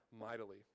mightily